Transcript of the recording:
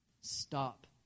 stop